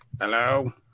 Hello